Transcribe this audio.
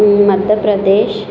Madhya Pradesh